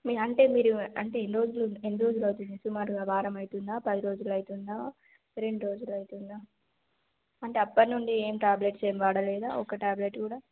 అంటే మీరు అంటే ఎన్ని రోజులు ఎన్ని రోజులు అవుతుంది సుమారుగా వారం అవుతుందా పది రోజులు అవుతుందా రెండు రోజులు అవుతుందా అంటే అప్పటి నుండి ఏమి టాబ్లెట్స్ ఏమి వాడలేదా ఒక టాబ్లెట్ కూడా